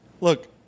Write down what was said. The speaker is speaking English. Look